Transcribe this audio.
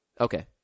Okay